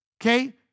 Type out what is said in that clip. okay